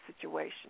situation